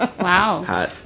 Wow